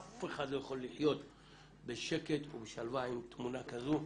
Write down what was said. אף אחד לא יכול לחיות בשקט ובשלווה עם תמונה כזו,